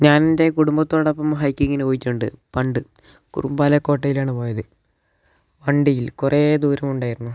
ഞാൻ എൻ്റെ കുടുംബത്തോടൊപ്പം ഹൈക്കിങ്ങിന് പോയിട്ടുണ്ട് പണ്ട് കുറുമ്പാലക്കോട്ടയിലാണ് പോയത് വണ്ടിയിൽ കുറേ ദൂരമുണ്ടായിരുന്നു